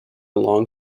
long